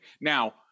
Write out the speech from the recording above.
Now